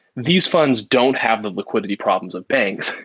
these funds don't have the liquidity problems of banks.